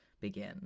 begin